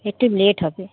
একটু লেট হবে